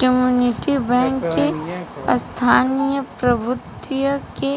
community bank के स्थानीय प्रभुत्व के